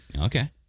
Okay